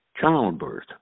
Childbirth